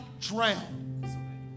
drown